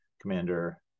Commander